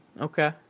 okay